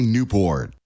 Newport